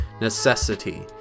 necessity